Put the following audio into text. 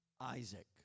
Isaac